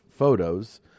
photos